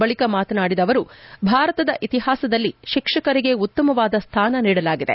ಬಳಕ ಮಾತನಾಡಿದ ಅವರು ಭಾರತದ ಇತಿಹಾಸದಲ್ಲಿ ಶಿಕ್ಷಕರಿಗೆ ಉತ್ತಮವಾದ ಸ್ಥಾನವನ್ನು ನೀಡಲಾಗಿದೆ